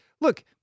look